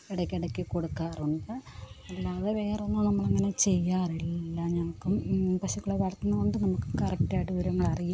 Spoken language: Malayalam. ഇടയ്ക്കിടയ്ക്ക് കൊടുക്കാറുണ്ട് അല്ലാതെ വേറെ ഒന്നും നമ്മൾ അങ്ങനെ ചെയ്യാറില്ല ഞങ്ങൾക്കും പശുക്കളെ വളര്ത്തുന്നത് കൊണ്ട് നമ്മൾക്ക് കറക്റ്റ് ആയിട്ട് വിവരങ്ങൾ അറിയാം